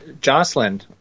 Jocelyn